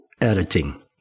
editing